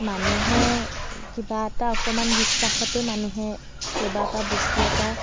মানুহে কিবা এটা অকণমান বিশ্বাসতে মানুহে ক'ৰবাৰ পৰা বস্তু এটা